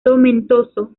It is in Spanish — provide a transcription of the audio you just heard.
tomentoso